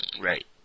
Right